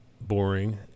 boring